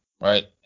right